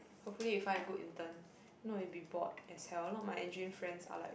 hopefully you find a good intern if not you'll be bored as in a lot of my engine friends are like